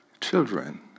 Children